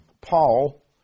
Paul